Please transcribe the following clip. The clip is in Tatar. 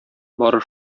бары